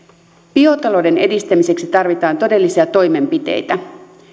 biotalouden edistämiseksi tarvitaan todellisia toimenpiteitä